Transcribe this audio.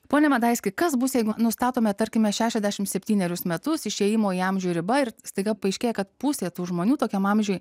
ponia medaiskiui kas bus jeigu nustatome tarkime šešiasdešimt septynerius metus išėjimo į amžių riba ir staiga paaiškėja kad pusė tų žmonių tokiam amžiui